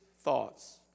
thoughts